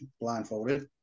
blindfolded